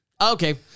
Okay